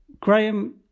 Graham